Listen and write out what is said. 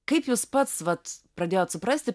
kaip jūs pats vat pradėjot suprasti